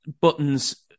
Button's